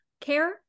care